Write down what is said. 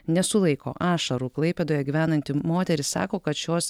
nesulaiko ašarų klaipėdoje gyvenanti moteris sako kad šios